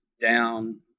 down